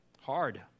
Hard